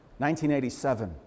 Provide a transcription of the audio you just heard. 1987